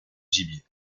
gibier